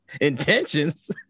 intentions